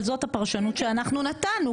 אבל זאת הפרשנות שאנחנו נתנו.